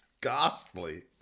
ghastly